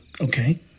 Okay